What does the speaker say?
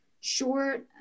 short